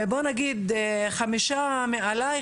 בוא נגיד חמישה מעלי,